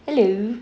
hello